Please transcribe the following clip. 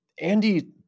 Andy